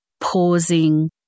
pausing